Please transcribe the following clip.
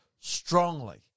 strongly